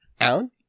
Alan